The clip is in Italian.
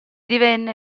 divenne